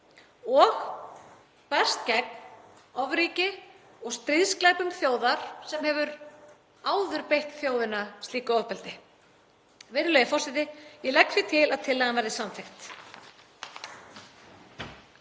og berst gegn ofríki og stríðsglæpum þjóðar sem hefur áður beitt þjóðina slíku ofbeldi. Virðulegi forseti. Ég legg því til að tillagan verði samþykkt.